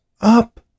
up